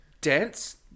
dance